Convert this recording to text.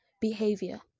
behavior